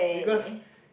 because